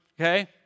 Okay